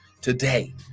today